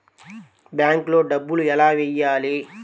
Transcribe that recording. బ్యాంక్లో డబ్బులు ఎలా వెయ్యాలి?